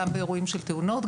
גם באירועים של תאונות,